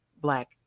Black